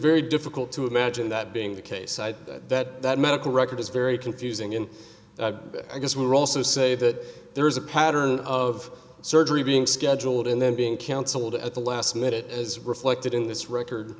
very difficult to imagine that being the case that that medical record is very confusing and i guess we're also say that there is a pattern of surgery being scheduled and then being counseled at the last minute as reflected in this record